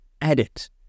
edit